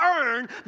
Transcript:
earn